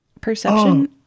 Perception